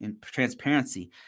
transparency